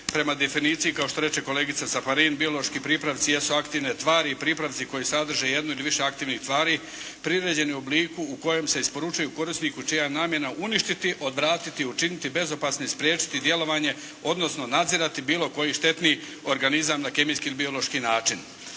Prema definiciji kao što reče kolegica Caparin biološki pripravci jesu aktivne tvari i pripravci koji sadrže jednu ili više aktivnih tvari priređeni u obliku u kojem se isporučuje korisniku čija je namjena uništiti, odvratiti, učiniti bezopasnim, spriječiti djelovanje odnosno nadzirati bilo koji štetni organizam na kemijski ili biološki način.